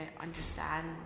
understand